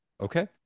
Okay